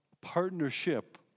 partnership